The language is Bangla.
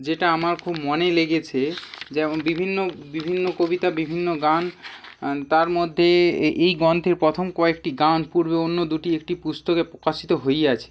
যেটা আমার খুব মনে লেগেছে যেমন বিভিন্ন বিভিন্ন কবিতা বিভিন্ন গান তার মধ্যে এ এই গ্রন্থের প্রথম কয়েকটি গান পূর্বে অন্য দুটি একটি পুস্তকে প্রকাশিত হইয়াছে